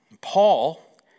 Paul